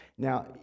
Now